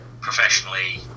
professionally